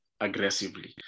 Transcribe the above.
aggressively